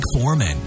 Foreman